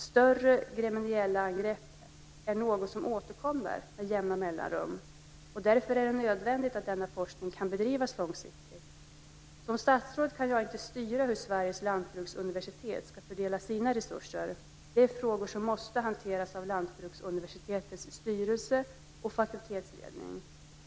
Större gremmeniellaangrepp är något som återkommer med jämna mellanrum. Därför är det nödvändigt att denna forskning kan bedrivas långsiktigt. Som statsråd kan jag inte styra hur Sveriges lantbruksuniversitet ska fördela sina resurser. Det är frågor som måste hanteras av Lantbruksuniversitetets styrelse och fakultetsledning.